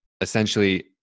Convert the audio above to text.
essentially